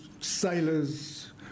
sailors